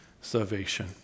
salvation